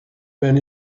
when